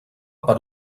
per